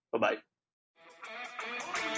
bye-bye